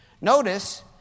Notice